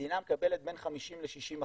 המדינה מקבלת בין 50% ל-60%.